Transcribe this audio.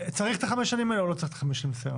צריך את החמש שנים האלה או לא צריך את החמש שנות נסיון,